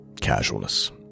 casualness